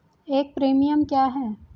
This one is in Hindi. एक प्रीमियम क्या है?